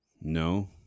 No